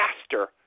faster